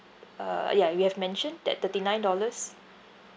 uh ya you have mentioned that thirty nine dollars